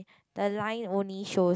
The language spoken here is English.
the line only shows